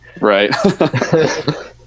Right